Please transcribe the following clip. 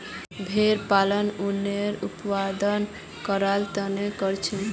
भेड़ पालन उनेर उत्पादन करवार तने करछेक